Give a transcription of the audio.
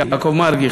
יעקב מרגי,